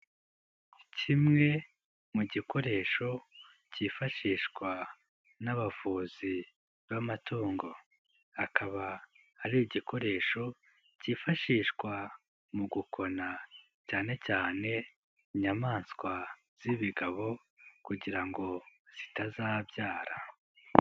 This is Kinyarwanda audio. Kimwe mu gikoresho cyifashishwa n'abavuzi b'amatungo, akaba ari igikoresho kifashishwa mu gukoa cyane cyane inyamaswa z'ibigabo kugira ngo zitazabyara.